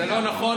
זה לא נכון.